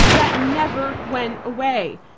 that never went away.